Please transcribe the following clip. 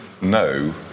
no